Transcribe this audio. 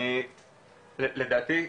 לדעתי,